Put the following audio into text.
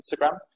Instagram